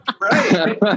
Right